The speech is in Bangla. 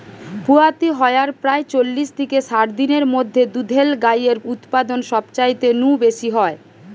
পুয়াতি হয়ার প্রায় চল্লিশ থিকে ষাট দিনের মধ্যে দুধেল গাইয়ের উতপাদন সবচাইতে নু বেশি হয়